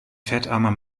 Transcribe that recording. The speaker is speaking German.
fettarmer